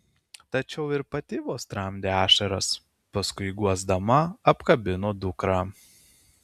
tačiau ir pati vos tramdė ašaras paskui guosdama apkabino dukrą